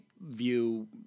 view